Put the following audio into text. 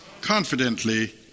confidently